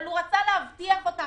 אבל הוא רצה להבטיח אותם